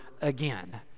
again